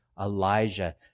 Elijah